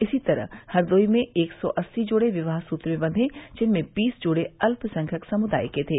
इसी तरह हरदोई में एक सौ अस्सी जोड़े विवाह सूत्र में बंधे जिनमें बीस जोड़े अल्पसंख्यक समुदाय के थे